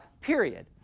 period